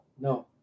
No